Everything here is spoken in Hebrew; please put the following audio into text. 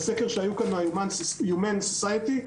בסקר כשהייתה כאן קבוצת Humane society,